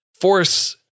force